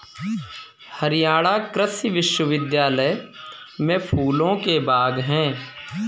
हरियाणा कृषि विश्वविद्यालय में फूलों के बाग हैं